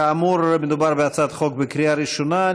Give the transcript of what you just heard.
כאמור, מדובר בהצעת חוק בקריאה ראשונה.